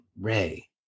Ray